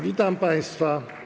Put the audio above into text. Witam państwa.